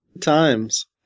times